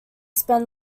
spend